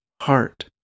heart